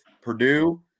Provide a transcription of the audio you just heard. Purdue